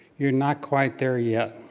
you're not quite there yet.